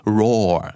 roar